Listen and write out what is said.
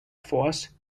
force